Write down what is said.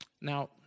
Now